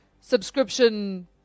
subscription